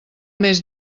més